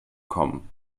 kommen